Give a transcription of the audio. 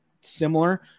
similar